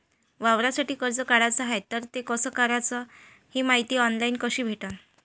वावरासाठी कर्ज काढाचं हाय तर ते कस कराच ही मायती ऑनलाईन कसी भेटन?